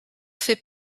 fait